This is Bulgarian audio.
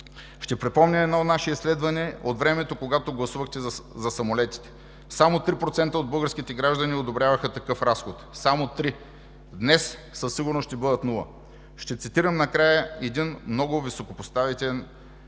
Ще припомня едно наше изследване от времето, когато гласувахте за самолетите. Само 3% от българските граждани одобряваха такъв разход, само 3! Днес със сигурност ще бъдат нула. Ще цитирам накрая един много високопоставен